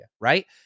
right